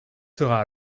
sera